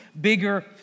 bigger